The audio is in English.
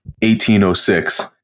1806